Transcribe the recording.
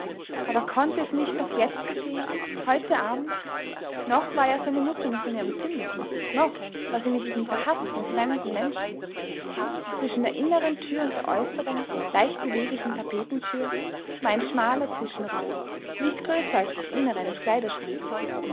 aber konnte es nicht noch jetzt geschehen heute abend noch war ja seine mutter nicht in ihrem zimmer noch war sie mit diesem verhaßten fremden menschen zwischen der inneren tür und der äußeren leicht beweglichen tapetentür war ein schmaler zwischenraum nicht größer als das innere eines kleiderschrankes